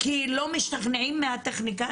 כי לא משתכנעים מהטכניקה?